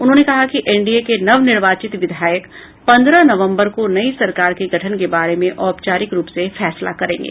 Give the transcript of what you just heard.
उन्होंने कहा कि एनडीए के नवनिर्वाचित विधायक पन्द्रह नवंबर को नई सरकार के गठन के बारे में औपचारिक रूप से फैसला करेंगे